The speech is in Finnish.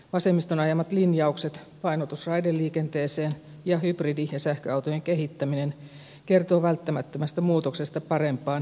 vasemmiston ajamat linjaukset painotus raideliikenteeseen ja hybridi ja sähköautojen kehittäminen kertovat välttämättömästä muutoksesta parempaan ympäristöystävällisempään liikennepolitiikkaan